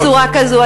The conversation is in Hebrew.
בצורה כזו.